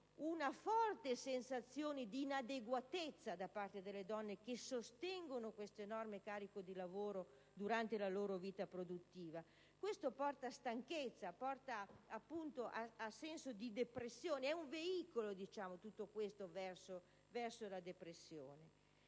una forte sensazione di inadeguatezza da parte delle donne che sostengono tale enorme carico di lavoro durante la loro vita produttiva. Questo porta stanchezza, porta appunto al senso di depressione; è un veicolo verso la depressione.